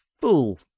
full